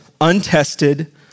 untested